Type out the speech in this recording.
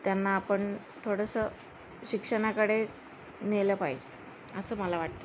त्यांना आपण थोडंसं शिक्षणाकडे नेलं पाहिजे असं मला वाटतं